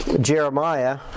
Jeremiah